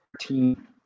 team